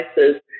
devices